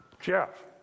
Jeff